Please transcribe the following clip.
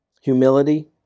humility